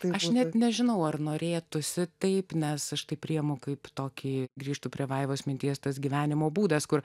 tai aš net nežinau ar norėtųsi taip nes aš tai priimu kaip tokį grįžtu prie vaivos minties tas gyvenimo būdas kur